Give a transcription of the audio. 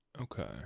Okay